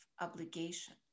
obligation